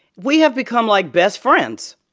we have become, like, best friends.